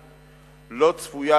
כץ.